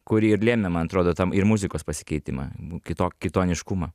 kuri ir lėmė man atrodo tam ir muzikos pasikeitimą kito kitoniškumą